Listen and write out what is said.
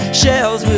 shells